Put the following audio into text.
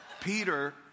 Peter